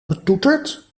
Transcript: betoeterd